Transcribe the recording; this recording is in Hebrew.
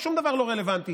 שום דבר לא רלוונטי,